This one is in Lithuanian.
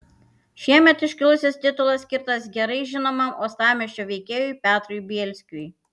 šiemet iškilusis titulas skirtas gerai žinomam uostamiesčio veikėjui petrui bielskiui